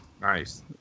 Nice